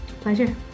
Pleasure